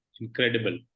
incredible